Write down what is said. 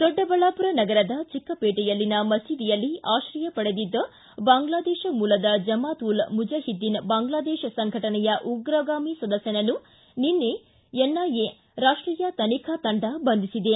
ದೊಡ್ಡಬಳ್ಳಾಪುರ ನಗರದ ಚಿಕ್ಕಪೇಟೆಯಲ್ಲಿನ ಮಸೀದಿಯಲ್ಲಿ ಆಶ್ರಯ ಪಡೆದಿದ್ದ ಬಾಂಗ್ಲಾದೇಶ ಮೂಲದ ಜಮಾತ್ ಉಲ್ ಮುಜಹಿದ್ದೀನ್ ಬಾಂಗ್ಲಾದೇಶ್ ಸಂಘಟನೆಯ ಉಗ್ರಗಾಮಿ ಸದಸ್ಯನನ್ನು ನಿನ್ನೆ ಎನ್ಐಎ ರಾಷ್ಟೀಯ ತನಿಖಾ ತಂಡ ಬಂಧಿಸಿದೆ